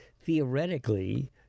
theoretically